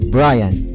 Brian